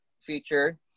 feature